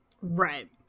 Right